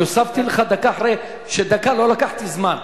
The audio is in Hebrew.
אני הוספתי לך דקה, אחרי שדקה לא לקחתי זמן.